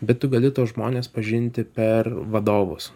bet tu gali tuos žmones pažinti per vadovus